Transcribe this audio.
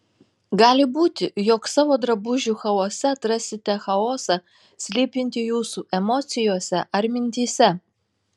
gali būti jog savo drabužių chaose atrasite chaosą slypintį jūsų emocijose ar mintyse